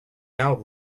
now